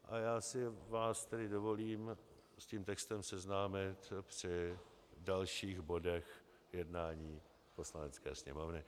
A já si vás tedy dovolím s tím textem seznámit při dalších bodech jednání Poslanecké sněmovny.